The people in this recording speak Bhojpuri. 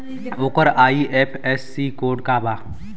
ओकर आई.एफ.एस.सी कोड का बा?